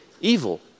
evil